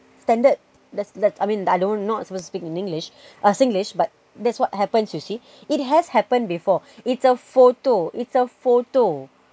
standard that's that's I mean I don't not supposed to speak in english uh singlish but that's what happens you see it has happened before it's a photo it's a photo